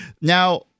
Now